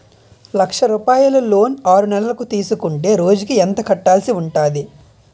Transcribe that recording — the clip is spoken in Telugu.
లక్ష రూపాయలు లోన్ ఆరునెలల కు తీసుకుంటే రోజుకి ఎంత కట్టాల్సి ఉంటాది?